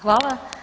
Hvala.